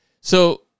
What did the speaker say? So-